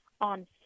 on